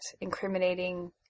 incriminating